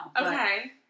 Okay